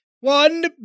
One